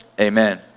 Amen